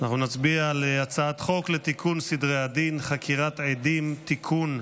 אנחנו נצביע על הצעת חוק לתיקון סדרי הדין (חקירת עדים) (תיקון,